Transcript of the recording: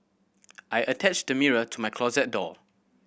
I attached the mirror to my closet door